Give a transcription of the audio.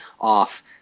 off